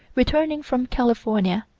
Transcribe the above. returning from california,